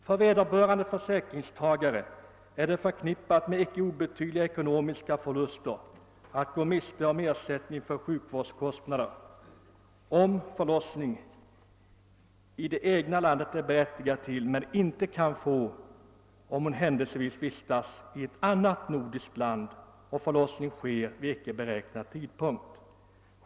För vederbörande försäkringstagare är det förknippat med icke obetydliga ekonomiska förluster att gå miste om den ersättning för sjukvårdskostnader som hon vid förlossning i det egna landet är berättigad till men inte kan få om hon händelsevis vistas i ett annat nordiskt land och förlossningen äger rum vid icke beräknad tidpunkt.